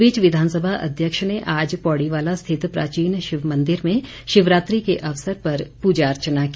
इस बीच विधानसभा अध्यक्ष ने आज पौड़ीवाला स्थित प्राचीन शिव मंदिर में शिवरात्रि के अवसर पर पूजा अर्चना की